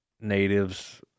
natives